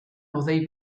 hodei